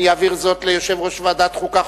אני אעביר זאת ליושב-ראש ועדת החוקה,